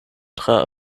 tra